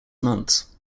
months